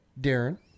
Darren